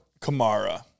Kamara